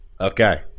Okay